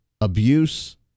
abuse